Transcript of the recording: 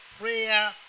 prayer